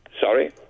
sorry